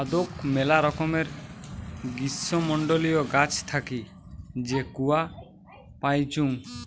আদৌক মেলা রকমের গ্রীষ্মমন্ডলীয় গাছ থাকি যে কূয়া পাইচুঙ